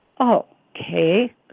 Okay